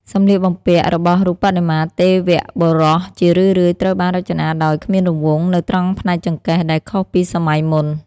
សម្លៀកបំពាក់របស់រូបបដិមាទេវៈបុរសជារឿយៗត្រូវបានរចនាដោយ គ្មានរង្វង់ នៅត្រង់ផ្នែកចង្កេះ ដែលខុសពីសម័យមុន។